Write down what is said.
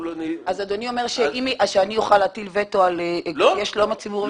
האם אדוני אומר שאני אוכל להטיל וטו בעניין של שלום הציבור וביטחונו?